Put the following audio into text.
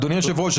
אדוני היושב-ראש,